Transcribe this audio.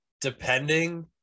Depending